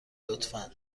لطفا